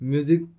Music